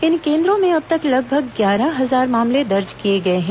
इन केंद्रों में अब तक लगभग ग्यारह हजार मामले दर्ज किये गए हैं